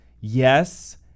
yes